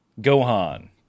Gohan